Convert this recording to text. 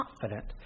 confident